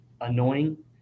annoying